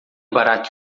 barack